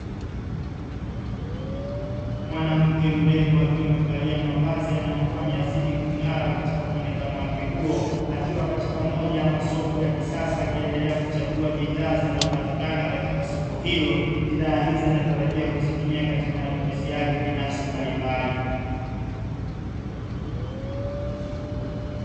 Mwanamke mrembo akiwa amevalia mavazi yanayomfanya azidi kung'ara katika muonekano wake huo akiwa katika moja ya masoko ya kisasa akiendelea kuchagua bidhaa zinazopatikana katika soko hilo bidhaa hizi anatarajia kuzitumia katika matumizi yake binafsi mbalimbali